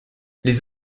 les